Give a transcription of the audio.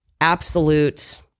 absolute